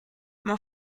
mon